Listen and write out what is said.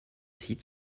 sites